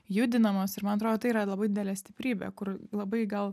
judinamos ir man atrodo tai yra labai didelė stiprybė kur labai gal